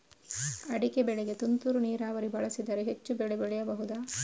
ಅಡಿಕೆ ಬೆಳೆಗೆ ತುಂತುರು ನೀರಾವರಿ ಬಳಸಿದರೆ ಹೆಚ್ಚು ಬೆಳೆ ಬೆಳೆಯಬಹುದಾ?